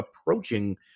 approaching